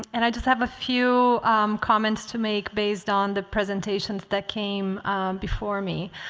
and and i just have a few comments to make based on the presentations that came before me.